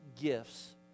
gifts